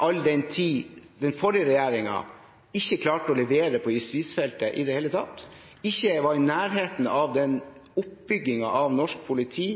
all den tid den forrige regjeringen ikke klarte å levere på justisfeltet i det hele tatt, ikke var i nærheten av den oppbyggingen av norsk politi